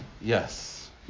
Yes